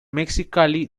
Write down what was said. mexicali